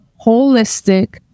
holistic